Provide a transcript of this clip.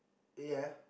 ya